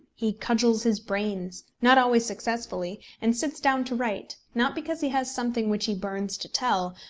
he cudgels his brains, not always successfully, and sits down to write, not because he has something which he burns to tell,